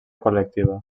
col·lectiva